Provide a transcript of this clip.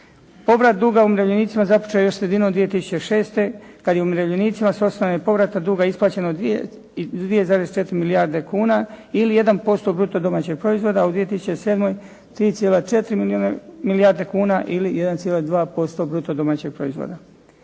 Povrat duga umirovljenicima započeo je još sredinom 2006. kad je umirovljenicima s osnove povrata duga isplaćeno 2,4 milijarde kuna ili 1% bruto domaćeg proizvoda, u 2007. 3,4 milijarde kuna ili 1,2% bruto domaćeg proizvoda.